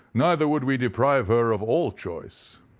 neither would we deprive her of all choice.